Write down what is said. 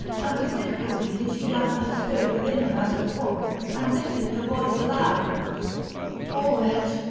and with difficulty did she gather her spirit within her as before, and lifted her voice aloud poor wretch,